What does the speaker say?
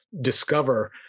discover